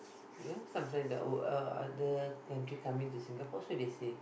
ya sometime the uh other country come in to Singapore also they say